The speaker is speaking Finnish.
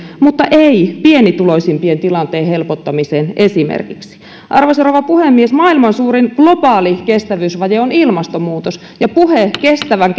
mutta ei pienituloisimpien tilanteen helpottamiseen esimerkiksi arvoisa rouva puhemies maailman suurin globaali kestävyysvaje on ilmastonmuutos ja puhe kestävän